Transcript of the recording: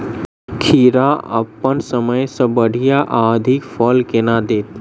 खीरा अप्पन समय सँ बढ़िया आ अधिक फल केना देत?